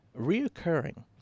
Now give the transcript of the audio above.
reoccurring